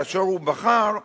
כאשר הוא בחר,